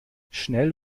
schnell